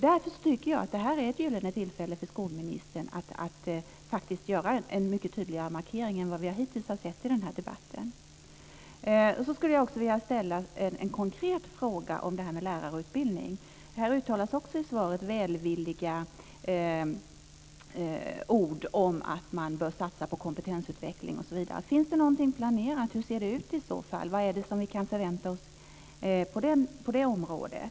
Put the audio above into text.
Därför tycker jag att det här är ett gyllene tillfälle för skolministern att faktiskt göra en mycket tydligare markering än vad vi hittills har sett i debatten. Så skulle jag också vilja ställa en konkret fråga om det här med lärarutbildning. I svaret uttalas välvilliga ord om att man bör satsa på kompetensutveckling osv. Finns det någonting planerat? Hur ser det i så fall ut? Vad kan vi förvänta oss på det området?